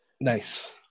Nice